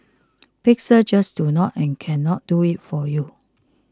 pixels just do not and cannot do it for you